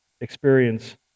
experience